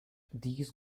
these